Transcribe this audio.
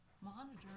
monitor